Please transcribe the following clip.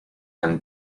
and